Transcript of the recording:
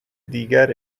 دیگر